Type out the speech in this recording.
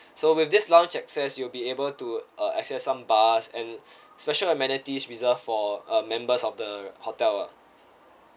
so with this lounge access you'll be able to uh access some bars and special amenities reserved for uh members of the hotel ah